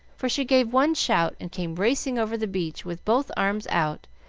for she gave one shout and came racing over the beach with both arms out,